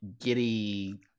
Giddy